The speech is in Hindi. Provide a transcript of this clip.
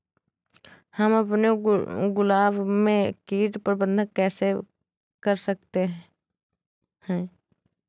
हम अपने गुलाब में कीट प्रबंधन कैसे कर सकते है?